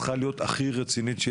שנית,